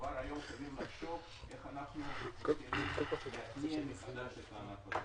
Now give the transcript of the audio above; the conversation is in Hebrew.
כבר היום חייבים לחשוב איך אנחנו מתחילים להתניע מחדש את הענף הזה.